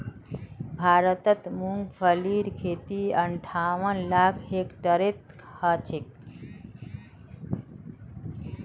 भारतत मूंगफलीर खेती अंठावन लाख हेक्टेयरत ह छेक